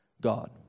God